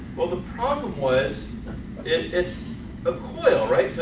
well the problem was it's a coil right,